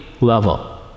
level